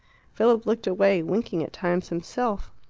philip looked away, winking at times himself.